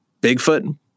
Bigfoot